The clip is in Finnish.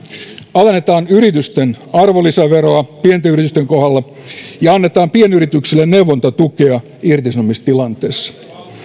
alennetaan yritysten arvonlisäveroa pienten yritysten kohdalla ja annetaan pienyrityksille neuvontatukea irtisanomistilanteessa